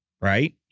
right